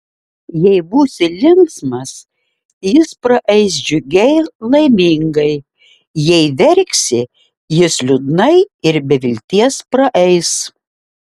jei būsi linksmas jis praeis džiugiai laimingai jei verksi jis liūdnai ir be vilties praeis